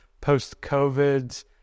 post-COVID